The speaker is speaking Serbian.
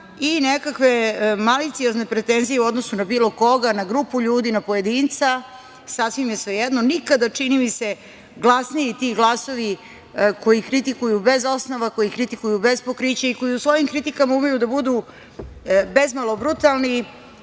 i nekakve maliciozne pretenzije u odnosu na bilo koga, na grupu ljudi, na pojedinca, sasvim je svejedno, nikada čini mi se glasniji ti glasovi koji kritikuju bez osnova, koji kritikuju bez pokrića i koji u svojim kritikama umeju da budu bezmalo brutalni,